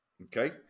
Okay